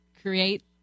create